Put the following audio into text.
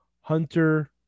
hunter